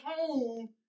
home